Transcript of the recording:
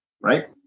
right